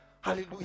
hallelujah